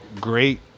great